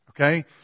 okay